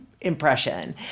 impression